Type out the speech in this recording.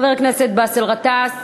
חבר הכנסת באסל גטאס,